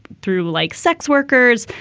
through like sex workers.